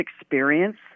experience